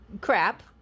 crap